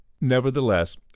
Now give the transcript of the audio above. Nevertheless